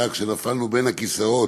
כשנפלנו בין הכיסאות